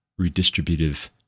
redistributive